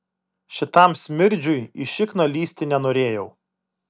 šitam smirdžiui į šikną lįsti nenorėjau